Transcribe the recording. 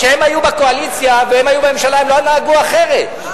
כשהם היו בקואליציה והם היו בממשלה הם לא נהגו אחרת.